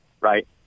right